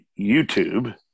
youtube